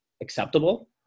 acceptable